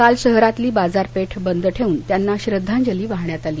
काल शहरातली बाजारपेठ बंद ठेवून त्यांना श्रद्धांजली वाहण्यात आली